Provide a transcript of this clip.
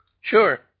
Sure